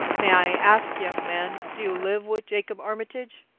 may i ask, young man, do you live with jacob armitage?